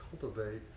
cultivate